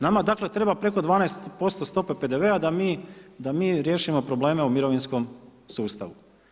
Nama dakle, treba preko 12% stope PDV-a da mi riješimo probleme u mirovinskom sustavu.